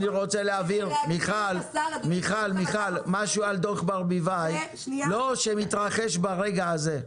מיכל משהו על דוח ברביבאי שמתרחש ברגע הזה,